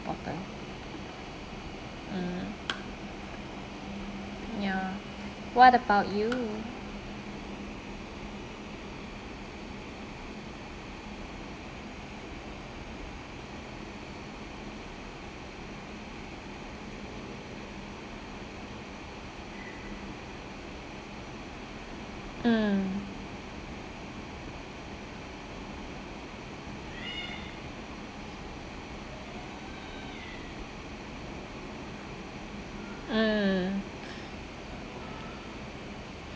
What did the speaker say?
important mm ya what about you mm mm